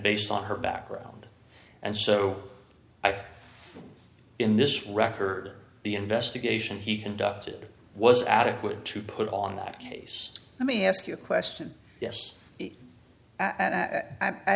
based on her background and so i think in this record the investigation he conducted was adequate to put on that case let me ask you a question yes i